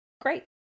great